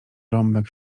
rąbek